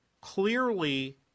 clearly